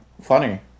funny